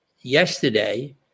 yesterday